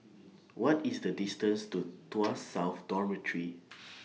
What IS The distance to Tuas South Dormitory